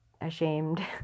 ashamed